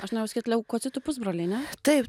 aš norėjau sakyt leukocitų pusbroliai ne taip